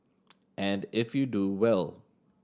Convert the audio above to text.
and if you do well